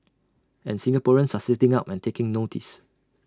and Singaporeans are sitting up and taking notice